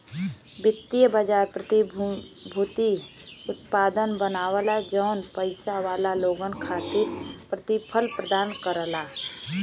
वित्तीय बाजार प्रतिभूति उत्पाद बनावलन जौन पइसा वाला लोगन खातिर प्रतिफल प्रदान करला